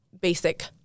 basic